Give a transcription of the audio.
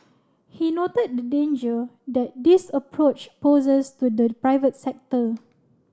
he noted the danger that this approach poses to the private sector